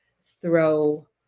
throw